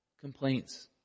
complaints